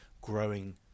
growing